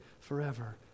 forever